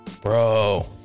Bro